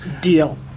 deal